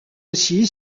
aussi